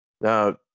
Now